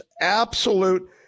absolute